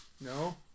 No